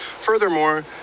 Furthermore